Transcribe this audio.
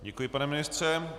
Děkuji, pane ministře.